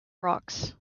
rocks